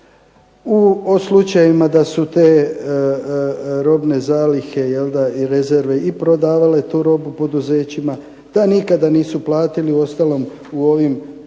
o slučajevima da su te robne zalihe i rezerve i prodavale tu robu poduzećima pa nikada nisu platili. Uostalom, u ovim